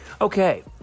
Okay